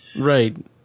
Right